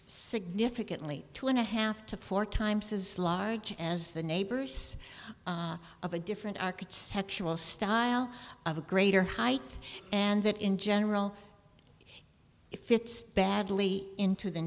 significantly two and a half to four times as large as the neighbors of a different architectural style of a greater height and that in general it fits badly into the